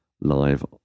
live